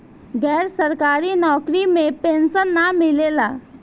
गैर सरकारी नउकरी में पेंशन ना मिलेला